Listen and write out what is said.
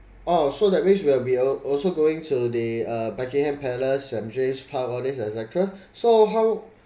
oh so that means we will be al~ also going to the uh buckingham palace saint james' park all these et cetera so how